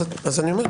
אז אני אומר,